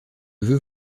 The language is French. veux